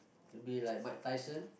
to be like Mike-Tyson